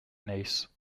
nice